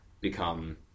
become